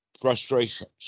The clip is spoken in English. frustrations